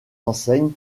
enseignes